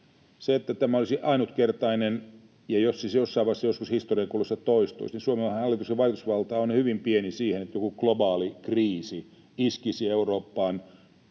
Jos tämä ei olisi ainutkertainen ja jos se jossain vaiheessa, joskus historian kuluessa toistuisi, niin Suomen hallituksen vaikutusvalta on hyvin pieni siihen, että joku globaali kriisi iskisi Eurooppaan